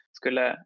skulle